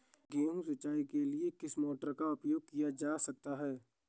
गेहूँ सिंचाई के लिए किस मोटर का उपयोग किया जा सकता है?